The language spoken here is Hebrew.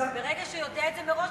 ברגע שהוא יודע על זה מראש,